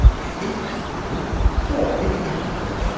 really? said lulu poor billy yuttley's boat.